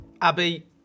Abby